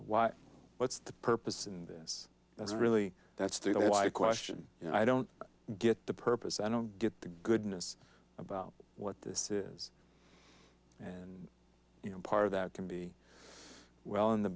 why what's the purpose in this that's really that's through the why question you know i don't get the purpose i don't get the goodness about what this is and you know part of that can be well in the